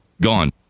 gone